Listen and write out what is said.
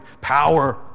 Power